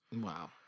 Wow